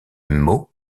mot